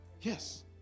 Yes